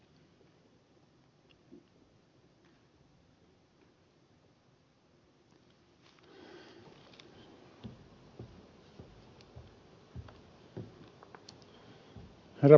herra puhemies